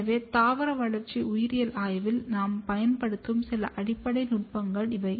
எனவே தாவர வளர்ச்சி உயிரியல் ஆய்வில் நாம் பயன்படுத்தும் சில அடிப்படை நுட்பங்கள் இவை